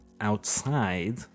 outside